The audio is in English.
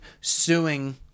suing